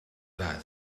that